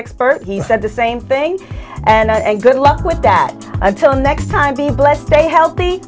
expert he said the same thing and i good luck with that until next time be blessed stay healthy